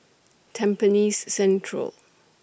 Tampines Central